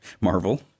Marvel